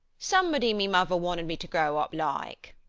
somebody me mother wanted me to grow up like.